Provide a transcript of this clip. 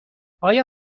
آیا